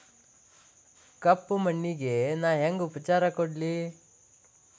ಕಪ್ಪ ಮಣ್ಣಿಗ ನಾ ಹೆಂಗ್ ಉಪಚಾರ ಕೊಡ್ಲಿ?